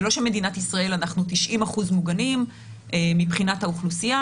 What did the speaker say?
זה לא שבמדינת ישראל אנחנו 90% מוגנים מבחינת האוכלוסייה,